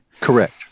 Correct